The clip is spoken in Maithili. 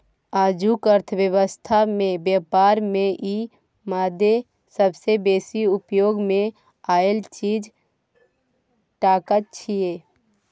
आजुक अर्थक व्यवस्था में ब्यापार में ई मादे सबसे बेसी उपयोग मे आएल चीज टका छिये